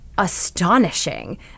ASTONISHING